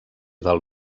del